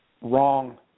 Wrong